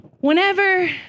Whenever